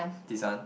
this one